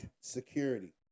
security